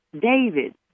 David